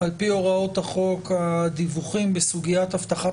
על פי הוראות החוק הדיווחים בסוגיית אבטחת